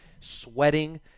sweating